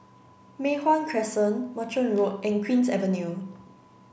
Mei Hwan Crescent Merchant Road and Queen's Avenue